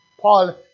Paul